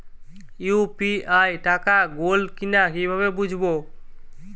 UPI টাকা গোল কিনা কিভাবে বুঝব?